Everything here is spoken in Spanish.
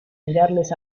mirarles